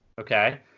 Okay